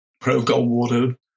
pro-Goldwater